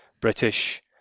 British